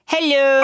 Hello